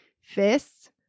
fists